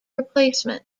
replacement